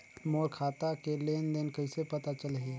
मोर खाता के लेन देन कइसे पता चलही?